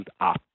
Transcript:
up